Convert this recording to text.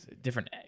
different